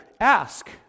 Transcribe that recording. Ask